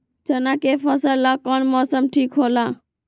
चाना के फसल ला कौन मौसम ठीक होला?